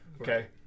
Okay